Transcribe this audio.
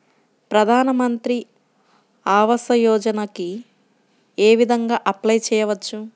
ప్రధాన మంత్రి ఆవాసయోజనకి ఏ విధంగా అప్లే చెయ్యవచ్చు?